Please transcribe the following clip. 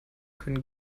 können